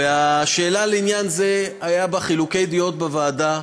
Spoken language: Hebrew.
ובשאלה לעניין זה, היו בה חילוקי דעות בוועדה.